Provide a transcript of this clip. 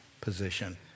position